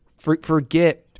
forget